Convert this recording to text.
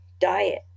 diet